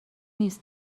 نیست